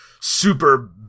Super